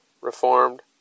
Reformed